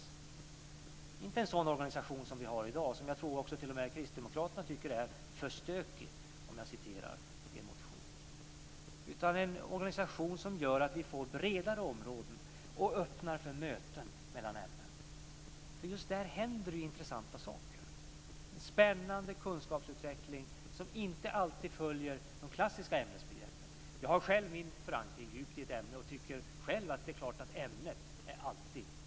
Vi ska inte ha en sådan organisation som vi har i dag, som jag tror att t.o.m. kristdemokraterna tycker är för stökig, om jag återger er motion. Vi ska ha en organisation som gör att vi får bredare områden och öppnar för möten mellan ämnen. Just där händer det ju intressanta saker. Det är en spännande kunskapsutveckling som inte alltid följer de klassiska ämnesbegreppen. Jag har själv min förankring djupt i ett ämne och tycker att det är klart att ämnet alltid är oerhört viktigt.